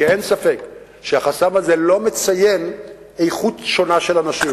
כי אין ספק שהחסם הזה לא מציין איכות שונה של אנשים.